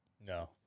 No